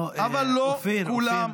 אבל לא כולם,